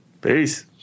Peace